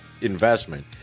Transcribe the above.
investment